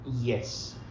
Yes